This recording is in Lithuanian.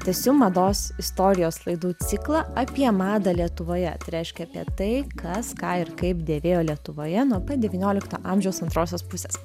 tęsiu mados istorijos laidų ciklą apie madą lietuvoje tai reiškia apie tai kas ką ir kaip dėvėjo lietuvoje nuo pat devyniolikto amžiaus antrosios pusės